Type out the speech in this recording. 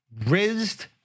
rizzed